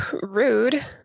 Rude